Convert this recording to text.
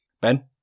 Ben